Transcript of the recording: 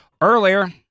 Earlier